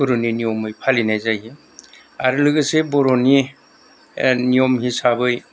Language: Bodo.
गुरुनि नियमै फालिनाय जायो आरो लोगोसे बर'नि नियम हिसाबै